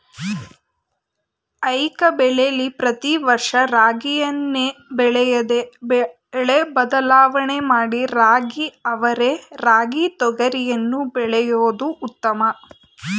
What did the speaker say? ಏಕಬೆಳೆಲಿ ಪ್ರತಿ ವರ್ಷ ರಾಗಿಯನ್ನೇ ಬೆಳೆಯದೆ ಬೆಳೆ ಬದಲಾವಣೆ ಮಾಡಿ ರಾಗಿ ಅವರೆ ರಾಗಿ ತೊಗರಿಯನ್ನು ಬೆಳೆಯೋದು ಉತ್ತಮ